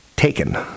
Taken